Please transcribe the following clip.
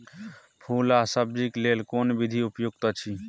फूल आ सब्जीक लेल कोन विधी उपयुक्त अछि?